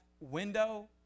window